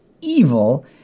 evil